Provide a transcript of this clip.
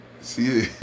See